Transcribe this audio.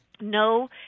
No